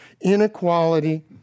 inequality